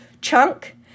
chunk